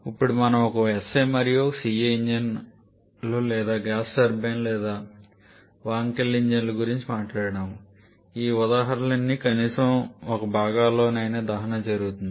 ఇప్పుడు మనము ఒక SI మరియు CI ఇంజన్లు లేదా గ్యాస్ టర్బైన్ లేదా వాంకెల్ ఇంజిన్ల గురించి మాట్లాడాను ఈ ఉదాహరణలన్నీ కనీసం ఒక భాగాలలోనైనా దహన జరుగుతుంది